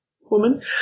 woman